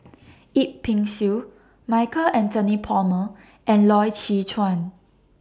Yip Pin Xiu Michael Anthony Palmer and Loy Chye Chuan